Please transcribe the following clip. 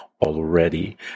already